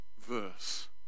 verse